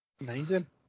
Amazing